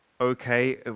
okay